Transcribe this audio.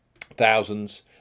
Thousands